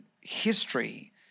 history